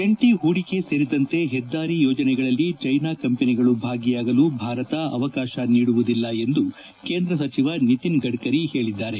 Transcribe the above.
ಜಂಟಿ ಪೂಡಿಕೆ ಸೇರಿದಂತೆ ಹೆದ್ದಾರಿ ಯೋಜನೆಗಳಲ್ಲಿ ಚ್ಯೆನಾ ಕಂಪನಿಗಳು ಭಾಗಿಯಾಗಲು ಭಾರತ ಅವಕಾಶ ನೀಡುವುದಿಲ್ಲ ಎಂದು ಕೇಂದ್ರ ಸಚಿವ ನಿತಿನ್ ಗಡ್ತರಿ ಹೇಳಿದ್ದಾರೆ